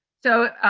so,